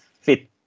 fit